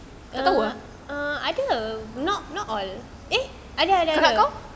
um um ada not not all eh ada ada ada